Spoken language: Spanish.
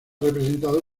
representado